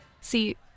See